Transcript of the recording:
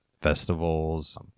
festivals